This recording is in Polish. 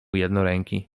jednoręki